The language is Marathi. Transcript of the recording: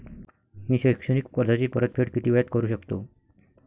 मी शैक्षणिक कर्जाची परतफेड किती वेळात करू शकतो